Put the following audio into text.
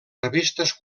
revistes